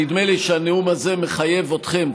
נדמה לי שהנאום הזה מחייב אתכם,